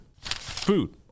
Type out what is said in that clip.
Food